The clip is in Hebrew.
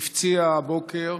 הפציע הבוקר.